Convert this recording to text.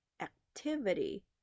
activity